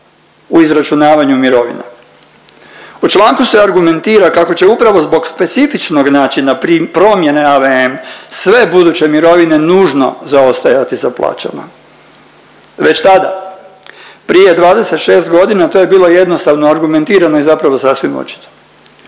u izračunavanju mirovina“. U članku se argumentira kako će upravo zbog specifičnog načina promjene AVM sve buduće mirovine nužno zaostajati za plaćama, već tada prije 26 godina to je bilo jednostavno argumentirano i zapravo sasvim očito.